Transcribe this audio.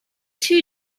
two